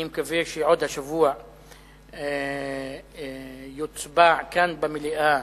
אני מקווה שעוד השבוע יוצבע כאן במליאה